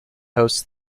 hosts